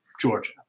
georgia